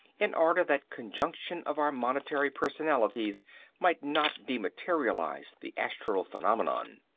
in order that conjunction of our monetary personalities might not dematerialise the astral phenomenon.